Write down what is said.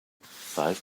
five